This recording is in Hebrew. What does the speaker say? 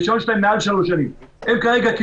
הרישיון שלהם מעל שלוש שנים,